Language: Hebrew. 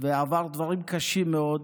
ועבר דברים קשים מאוד,